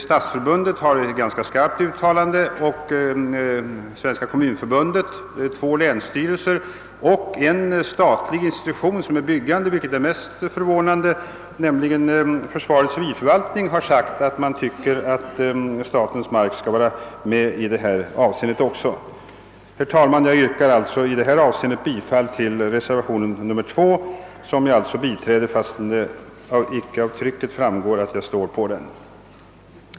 Stadsförbundet har ett skarpt uttalande i denna fråga och Svenska kommunförbundet, två länsstyrelser och märkligt nog en statlig markförvaltare, nämligen försvarets civilförvaltning, har sagt att de tycker att även statens mark bör inbegripas i förköpsrätten. Jag yrkar alltså, herr talman, bifall till reservationen II, som jag har biträtt, ehuru det inte framgår av trycket.